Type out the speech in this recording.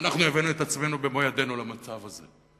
ואנחנו הבאנו את עצמנו במו ידינו למצב הזה,